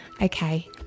Okay